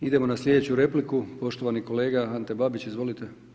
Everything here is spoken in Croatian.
Idemo na sljedeću repliku, poštovani kolega Ante Babić, izvolite.